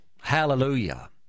Hallelujah